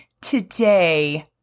today